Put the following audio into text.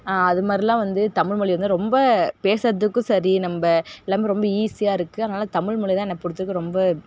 அதுமாதிரிலாம் வந்து தமிழ்மொழி வந்து ரொம்ப பேசுறதுக்கும் சரி நம்ம எல்லாம் ரொம்ப ஈஸியாயிருக்கு அதனால தமிழ் மொழியை தான் என்ன பொறுத்தளவுக்கு ரொம்ப